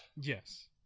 Yes